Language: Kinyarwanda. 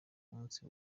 munsi